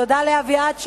תודה לאביעד שי,